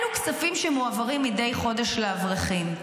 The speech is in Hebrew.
אלו כספים שמועברים מדי חודש לאברכים.